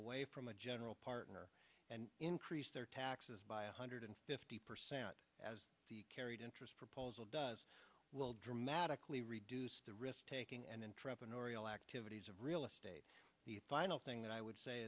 away from a general partner and increase their taxes by a hundred fifty percent as the carried interest proposal does will dramatically reduce the risk taking and then trap an oriole activities of real estate the final thing that i would say